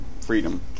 freedom